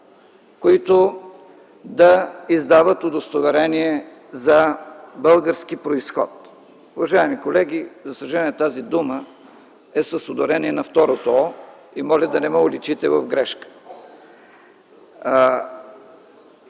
които да издават удостоверения за български произход. Уважаеми колеги, за съжаление, тази дума е с ударение на второто „о” и моля да не ме уличите в грешка.